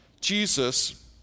Jesus